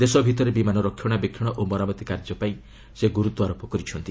ଦେଶ ଭିତରେ ବିମାନ ରକ୍ଷଣାବେକ୍ଷଣ ଓ ମରାମତି କାର୍ଯ୍ୟ କରିବା ପାଇଁ ସେ ଗୁରୁତ୍ୱାରୋପ କରିଛନ୍ତି